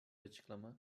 açıklama